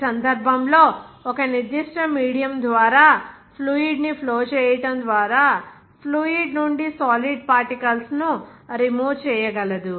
ఈ సందర్భంలో ఒక నిర్దిష్ట మీడియం ద్వారా ఫ్లూయిడ్ ని ఫ్లో చేయటం ద్వారా ఫ్లూయిడ్ నుండి సాలిడ్ పార్టికల్స్ ను రిమూవ్ చేయగలదు